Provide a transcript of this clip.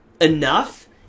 enough